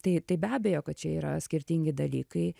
tai tai be abejo kad čia yra skirtingi dalykai